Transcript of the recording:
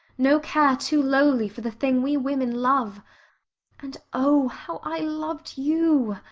no care too lowly for the thing we women love and oh! how i loved you.